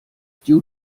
due